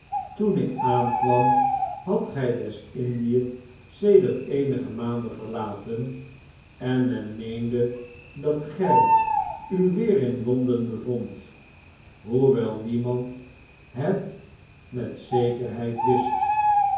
ton ik aankwam hadt gij westin d i ë sedert eenige maanden verlaten en men meende dat gij u weer in londen bevondt hoewel niemand het met zekerheid wist